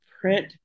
print